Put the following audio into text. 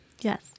Yes